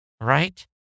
right